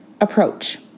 approach